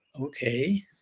okay